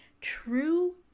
true